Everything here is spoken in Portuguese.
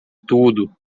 tudo